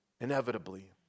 Inevitably